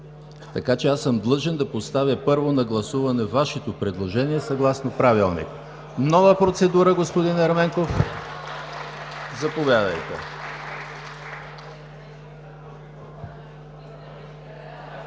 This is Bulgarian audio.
Вашето. Аз съм длъжен да поставя на гласуване първо Вашето предложение съгласно Правилника. Нова процедура – господин Ерменков, заповядайте.